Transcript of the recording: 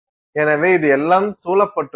எனவே இது எல்லாம் சூழப்பட்டுள்ளது